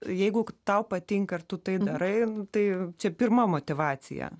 jeigu tau patinka ir tu tai darai tai čia pirma motyvacija